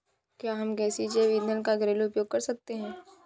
क्या हम गैसीय जैव ईंधन का घरेलू उपयोग कर सकते हैं?